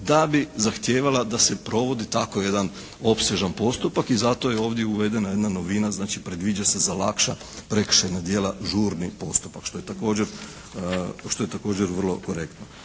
da bi zahtijevala da se provodi tako jedan opsežan postupak i zato je ovdje uvedena jedna novina. Znači predviđa se za lakša prekršajna djela žurni postupak što je također, što